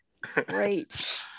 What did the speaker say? great